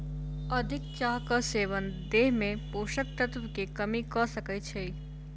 अधिक चाहक सेवन देह में पोषक तत्व के कमी कय सकै छै